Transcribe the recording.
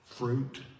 Fruit